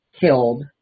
killed